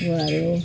गुवाहरू